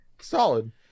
Solid